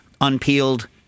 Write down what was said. unpeeled